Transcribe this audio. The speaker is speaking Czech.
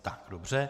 Tak dobře.